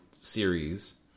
series